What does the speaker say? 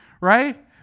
right